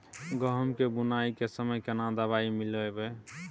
गहूम के बुनाई के समय केना दवाई मिलैबे?